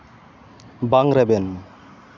ᱵᱟᱝ ᱨᱮᱵᱮᱱ